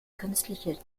künstliche